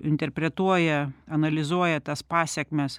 interpretuoja analizuoja tas pasekmes